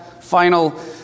final